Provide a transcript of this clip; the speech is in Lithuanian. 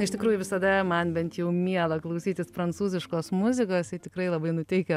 iš tikrųjų visada man bent jau miela klausytis prancūziškos muzikos tikrai labai nuteikia